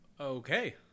Okay